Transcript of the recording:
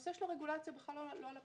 הנושא של הרגולציה בכלל לא על הפרק.